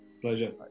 Pleasure